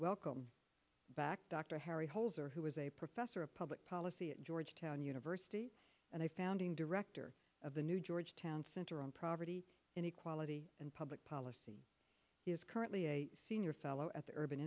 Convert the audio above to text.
welcome back dr harry holzer who is a professor of public policy at georgetown university and a founding director of the new georgetown center on property inequality and public policy he is currently a senior fellow at the urban